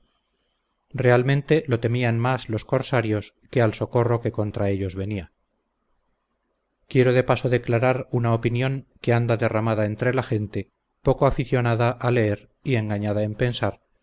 realmente lo temían más los corsarios que al socorro que contra ellos venia quiero de paso declarar una opinión que anda derramada entre la gente poco aficionada a leer y engañada en pensar